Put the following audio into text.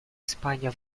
испания